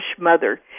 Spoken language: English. mother